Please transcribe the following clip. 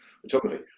photography